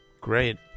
Great